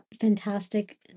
fantastic